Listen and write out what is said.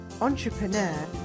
entrepreneur